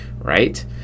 right